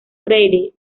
freire